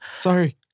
Sorry